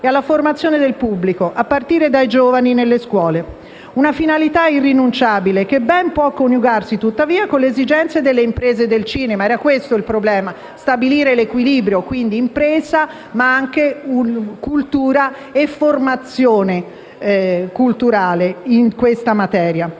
e alla formazione del pubblico, a partire dai giovani nelle scuole. Una finalità irrinunciabile, che ben può coniugarsi tuttavia con le esigenze delle imprese del cinema. Era questo il problema: stabilire l'equilibrio tra impresa e cultura e formazione culturale in questa materia.